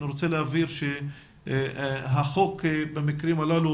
אני רוצה להבהיר שהחוק במקרים הללו